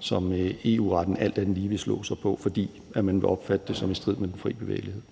som EU-retten alt andet lige vil slå på, fordi man vil opfatte det som i strid med den fri bevægelighed.